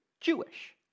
Jewish